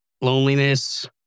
loneliness